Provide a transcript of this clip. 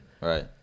Right